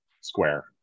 square